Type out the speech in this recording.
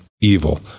evil